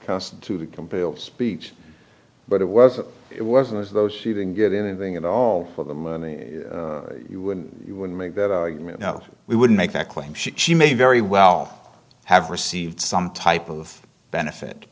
to compel speech but it wasn't it wasn't as though she didn't get anything at all for the money you wouldn't you wouldn't make that argument no we wouldn't make that claim she may very well have received some type of benefit